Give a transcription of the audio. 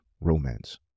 romance